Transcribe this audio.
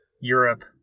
Europe